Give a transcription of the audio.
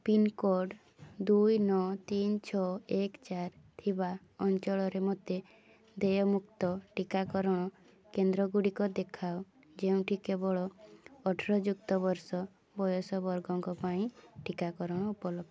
pincode ଦୁଇ ନଅ ତିନି ଛଅ ଏକ ଚାରି ଥିବା ଅଞ୍ଚଳରେ ମୋତେ ଦେୟମୁକ୍ତ ଟିକାକରଣ କେନ୍ଦ୍ରଗୁଡ଼ିକ ଦେଖାଅ ଯେଉଁଠି କେବଳ ଅଠର ଯୁକ୍ତ ବର୍ଷ ବୟସ ବର୍ଗଙ୍କ ପାଇଁ ଟିକା ଉପଲବ୍ଧ